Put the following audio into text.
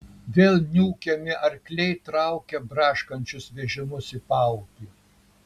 vėl niūkiami arkliai traukė braškančius vežimus į paupį